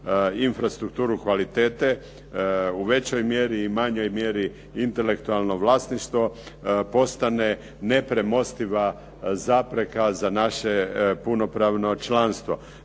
infrastrukturu kvalitete u većoj mjeri i manjoj mjeri intelektualno vlasništvo postane nepremostiva zapreka za naše punopravno članstvo.